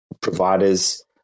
providers